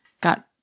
got